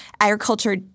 agriculture